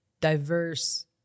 Diverse